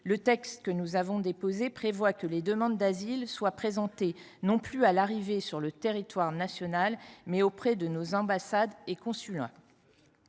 Le texte que nous avons déposé prévoit que les demandes d’asile soient présentées non plus à l’arrivée sur le territoire national, mais auprès de nos ambassades et consulats.